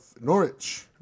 Norwich